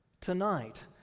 tonight